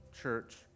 church